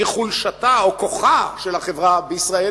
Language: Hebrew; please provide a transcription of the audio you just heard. כי חולשתה או כוחה של החברה בישראל,